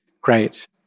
great